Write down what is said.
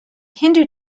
hindu